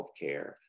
healthcare